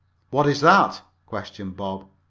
what is that? questioned bob.